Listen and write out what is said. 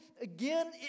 again